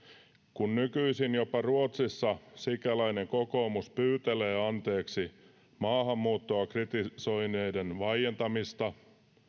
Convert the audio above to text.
kun nykyisin jopa ruotsissa sikäläinen kokoomus pyytelee anteeksi maahanmuuttoa kritisoineiden vaientamista